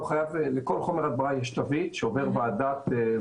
לכל חומר הדברה יש תווית שעוברת ועדות